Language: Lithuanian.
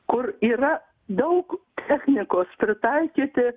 kur yra daug technikos pritaikyti